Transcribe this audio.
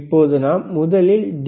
இப்போது நாம் முதலில் டி